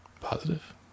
Positive